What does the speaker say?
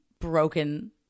broken